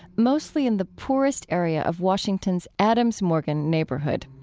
mostly in the poorest area of washington's adams morgan neighborhood.